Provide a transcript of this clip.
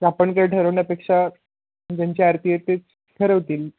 आपण काय ठरवण्यापेक्षा ज्यांच्या आरती आहे ते ठरवतील